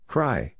Cry